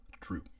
true